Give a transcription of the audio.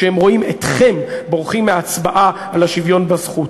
כשהם רואים אתכם בורחים מההצבעה על השוויון בזכות.